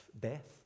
death